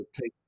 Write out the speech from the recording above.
take